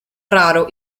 raro